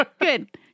good